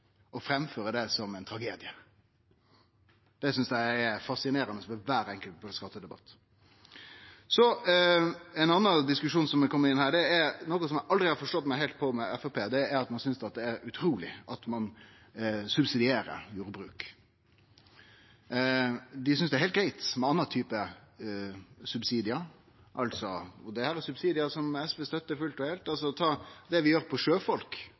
det som ein tragedie. Det synest eg er fascinerande ved kvar einaste skattedebatt. Ein annan diskusjon: Noko eg aldri heilt har forstått med Framstegspartiet, er at ein synest at det er utruleg at ein subsidierer jordbruket. Dei synest det er heilt greitt med andre typar subsidier, og dette er subsidier som SV støttar fullt og heilt. Det vi gjer for sjøfolk,